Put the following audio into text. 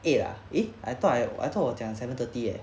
eight ah eh I thought I thought 我讲 seven thirty eh